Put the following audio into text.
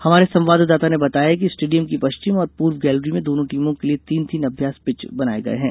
हमारे संवाददाता ने बताया है कि स्टेडियम की पश्चिम और पूर्व गैलेरी में दोनों टीमों के लिए तीन तीन अभ्यास पिच बनाए गए हैं